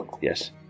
Yes